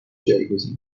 جایگزین